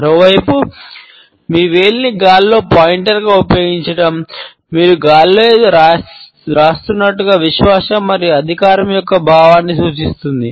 మరోవైపు మీ వేలిని గాలిలో పాయింటర్గా సూచిస్తుంది